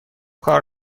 کار